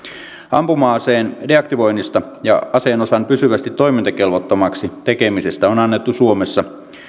ampuma aseen deaktivoinnista ja aseen osan pysyvästi toimintakelvottomaksi tekemisestä on on annettu suomessa